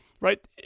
right